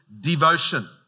devotion